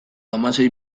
hamasei